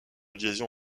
liaison